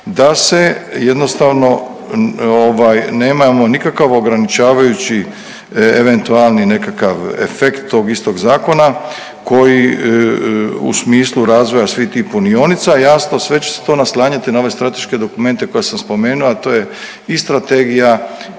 da se jednostavno ovaj nemamo nikakav ograničavajući eventualni efekt tog istog zakona koji u smislu razvoja svih tih punionica, a jasno sve će se to naslanjati ove strateške dokumente koje sam spomenuo, a to je i strategija